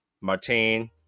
martin